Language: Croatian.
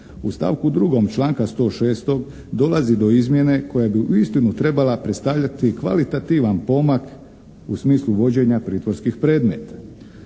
u stavku 2. članka 106. dolazi do izmjene koja bi uistinu trebala predstavljati kvalitativan pomak u smislu vođenja pritvorskih predmeta.